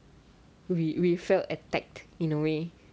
we we felt attacked in a way